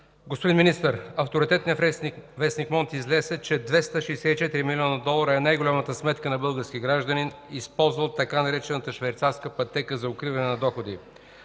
Господин Министър, авторитетният вестник „Монд” изнесе, че 264 млн. долара е най-голямата сметка на български гражданин, използвал така наречената „швейцарска пътека” за укриване на доходи.